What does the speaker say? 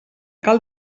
cal